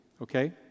Okay